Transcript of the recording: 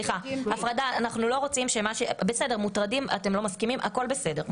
זה שהם מוטרדים ואתם לא מסכימים, הכול בסדר.